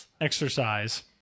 exercise